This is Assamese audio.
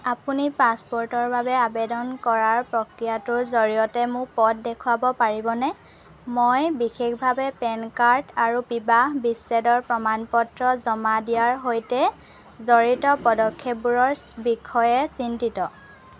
আপুনি পাছপোৰ্টৰ বাবে আবেদন কৰাৰ প্ৰক্ৰিয়াটোৰ জৰিয়তে মোক পথ দেখুৱাব পাৰিবনে মই বিশেষভাৱে পেন কাৰ্ড আৰু বিবাহ বিচ্ছেদৰ প্ৰমাণপত্ৰ জমা দিয়াৰ সৈতে জৰিত পদক্ষেপবোৰৰ বিষয়ে চিন্তিত